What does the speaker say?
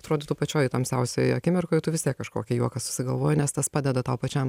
atrodytų pačioj tamsiausioj akimirkoj tu vis tiek kažkokį juoką susigalvoji nes tas padeda tau pačiam